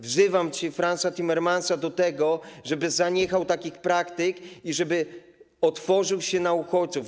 Wzywam dzisiaj Franza Timmermansa do tego, żeby zaniechał takich praktyk i żeby otworzył się na uchodźców.